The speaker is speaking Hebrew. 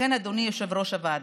לכן, אדוני יושב-ראש הוועדה,